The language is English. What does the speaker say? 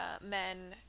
men